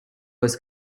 was